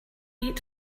eight